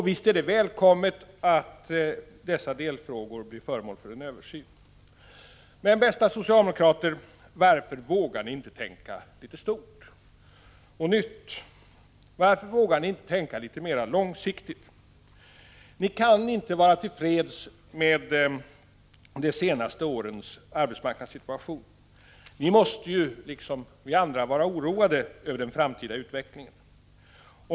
Visst är det välkommet 5 att dessa delfrågor blir föremål för en översyn. Men, bästa socialdemokrater, varför vågar ni inte tänka stort och nytt? Varför vågar ni inte tänka litet mera långsiktigt? Ni kan inte vara till freds med de senaste årens arbetsmarknadssituation. Ni måste ju, liksom vi andra, vara oroade över den framtida utvecklingen.